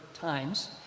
times